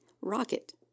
Rocket